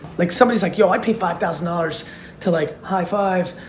like somebody's like, yo i paid five thousand dollars to like high five.